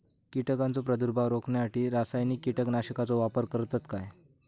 कीटकांचो प्रादुर्भाव रोखण्यासाठी रासायनिक कीटकनाशकाचो वापर करतत काय?